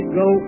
go